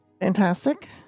fantastic